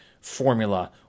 formula